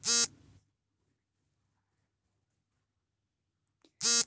ನೇರವಾಗಿ ಬ್ಯಾಂಕಿಗೆ ಬಂದು ನಗದು ರೂಪದಲ್ಲೇ ಸಾಲ ಮರುಪಾವತಿಸಬಹುದೇ?